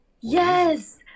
Yes